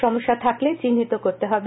সমস্যা থাকলে চিহ্নিত করতে হবে